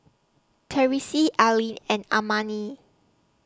Therese Allyn and Amani